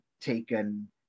taken